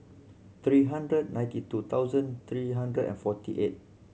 three hundred ninety two thousand three hundred and forty eight